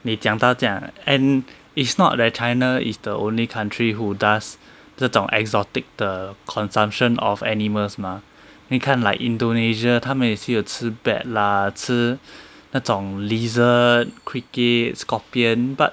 你讲到这样 and it's not that china is the only country who does 这种 exotic 的 consumption of animals mah 你看 like indonesia 他们也是有吃 bat lah 吃那种 lizard cricket scorpion but